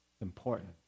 important